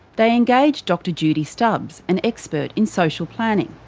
they engaged dr judy stubbs, an expert in social planning.